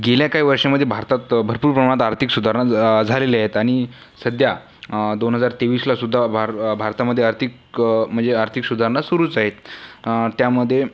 गेल्या काही वर्षामध्ये भारतात भरपूर प्रमाणात आर्थिक सुधारणा ज झालेल्या आहेत आणि सध्या दोन हजार तेवीसला सुद्धा भार भारतामधे आर्थिक म्हणजे आर्थिक सुधारणा सुरूच आहेत त्यामध्ये